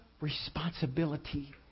responsibility